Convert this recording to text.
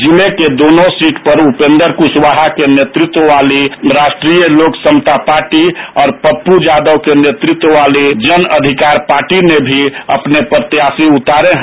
जिले की दोनों सीटों पर उपेंद्र कुशवाहा के नेतृत्व वाले राष्ट्रीय लोक समता पार्टी और पप्पू यादव के नेतृत्व वाले जन अधिकार पार्टी ने भी अपने प्रत्याशी उतारे हैं